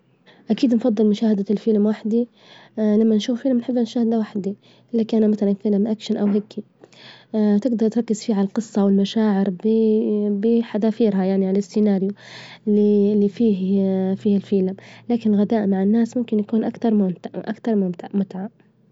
أكيد نفظل مشاهدة الفيلم وحدي، لما نشوف فيلم بنحب نشاهد لوحدي، لكن مثلا فيلم أكشن أو هكي، تجدر تركز فيه على الجصة والمشاعر بحذافيرها يعني على السيناريو، إللي إللي فيه في الفيلم، لكن غداء مع الناس ممكن يكون أكتر أكتر متعة.